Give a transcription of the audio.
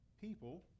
people